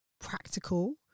practical